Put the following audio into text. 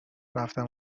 رفتم